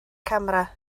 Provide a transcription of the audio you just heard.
camera